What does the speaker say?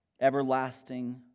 Everlasting